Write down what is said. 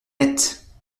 nettes